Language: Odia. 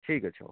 ଠିକ୍ ଅଛି ହଉ